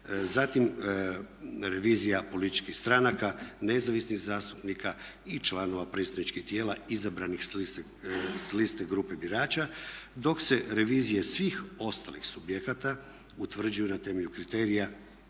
Zatim revizija političkih stranaka, nezavisnih zastupnika i članova predstavničkih tijela izabranih s liste grupe birača dok se revizije svih ostalih subjekata utvrđuju na temelju kriterija